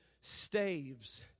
staves